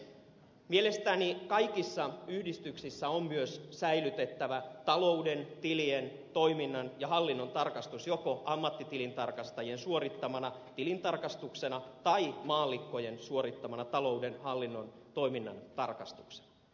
mielestäni kaikissa yhdistyksissä on myös säilytettävä talouden tilien toiminnan ja hallinnon tarkastus joko ammattitilintarkastajien suorittamana tilintarkastuksena tai maallikkojen suorittamana talouden hallinnon toiminnan tarkastuksena